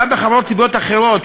גם בחברות ציבוריות אחרות,